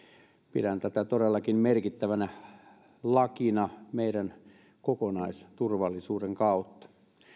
pidän tätä todellakin merkittävänä lakina meidän kokonaisturvallisuutemme kautta